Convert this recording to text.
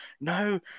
no